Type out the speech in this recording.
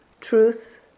truth